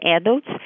adults